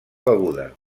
beguda